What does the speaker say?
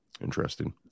Interesting